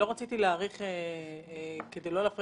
כשאתם משנים